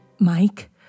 Mike